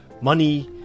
money